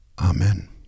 Amen